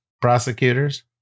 prosecutors